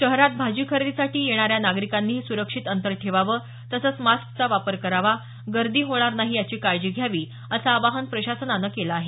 शहरात भाजी खरेदीसाठी येणाऱ्या नागरिकांनी सुरक्षित अंतर ठेवावं तसंच मास्कचा वापर करावा गर्दी होणार नाही याची काळजी घ्यावी असं आवाहन प्रशासनानं केलं आहे